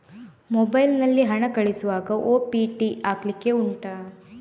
mobile ನಲ್ಲಿ ಹಣ ಕಳಿಸುವಾಗ ಓ.ಟಿ.ಪಿ ಹಾಕ್ಲಿಕ್ಕೆ ಉಂಟಾ